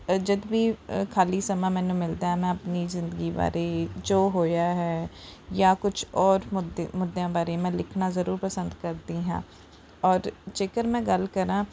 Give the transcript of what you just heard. ਅ ਜਦ ਵੀ ਅ ਖਾਲੀ ਸਮਾਂ ਮੈਨੂੰ ਮਿਲਦਾ ਹੈ ਮੈਂ ਆਪਣੀ ਜ਼ਿੰਦਗੀ ਬਾਰੇ ਜੋ ਹੋਇਆ ਹੈ ਜਾਂ ਕੁਛ ਔਰ ਮੁੱਦ ਮੁੱਦਿਆ ਬਾਰੇ ਮੈਂ ਲਿਖਣਾ ਜ਼ਰੂਰ ਪਸੰਦ ਕਰਦੀ ਹਾਂ ਔਰ ਜੇਕਰ ਮੈਂ ਗੱਲ ਕਰਾਂ